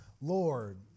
Lord